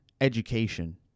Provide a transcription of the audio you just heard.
education